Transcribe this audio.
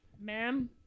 ma'am